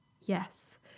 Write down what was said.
Yes